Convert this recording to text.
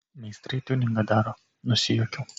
meistrai tiuningą daro nusijuokiau